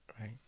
right